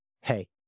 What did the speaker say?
hey